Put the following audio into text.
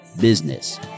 business